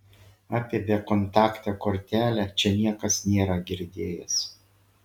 apie bekontaktę kortelę čia niekas nėra girdėjęs